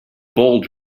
bold